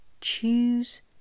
choose